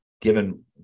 given